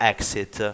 Exit